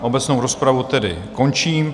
Obecnou rozpravu tedy končím.